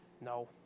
No